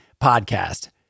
podcast